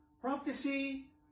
Prophecy